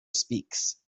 speaks